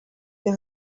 been